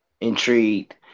intrigued